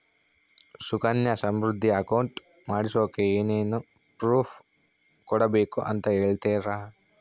Sukanya Samriddhi account ಮಾಡಿಸೋಕೆ ಏನೇನು proof ಕೊಡಬೇಕು ಅಂತ ಹೇಳ್ತೇರಾ?